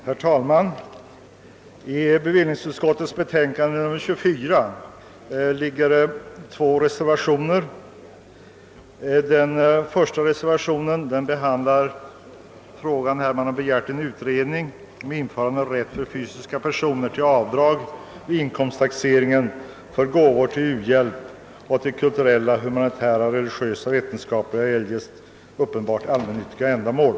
Herr talman! Till bevillningsutskottets betänkande nr 24 har fogats två reservationer. I den första reservationen begärs en utredning om införande av rätt för fysiska personer till avdrag vid inkomsttaxeringen för gåvor till u-hjälp och till kulturella, humanitära, religiösa, vetenskapliga eller eljest uppenbart allmännyttiga ändamål.